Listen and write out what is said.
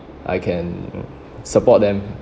I can support them